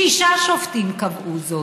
שישה שופטים קבעו זאת,